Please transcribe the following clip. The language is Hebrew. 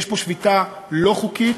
יש פה שביתה לא חוקית,